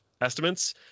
estimates